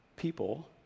people